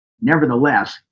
Nevertheless